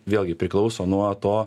vėlgi priklauso nuo to